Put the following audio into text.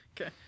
Okay